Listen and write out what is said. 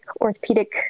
orthopedic